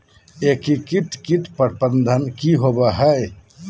एकीकृत कीट प्रबंधन की होवय हैय?